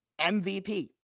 MVP